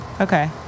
Okay